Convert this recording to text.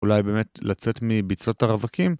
אולי באמת לצאת מביצות הרווקים?